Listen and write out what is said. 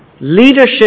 Leadership